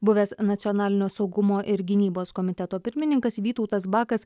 buvęs nacionalinio saugumo ir gynybos komiteto pirmininkas vytautas bakas